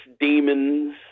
demons